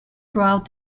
throughout